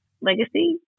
legacy